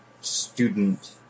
student